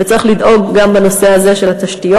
וצריך לדאוג גם בנושא הזה של התשתיות.